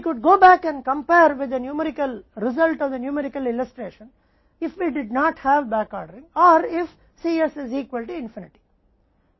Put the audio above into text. तो हम वापस जा सकते हैं और संख्यात्मक चित्रण के संख्यात्मक परिणाम के साथ तुलना कर सकते हैं अगर हमारे पास वापस आदेश नहीं था या Cs अनंत के बराबर है